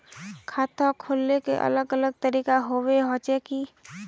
खाता खोले के अलग अलग तरीका होबे होचे की?